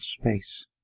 space